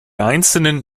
einzelnen